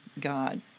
God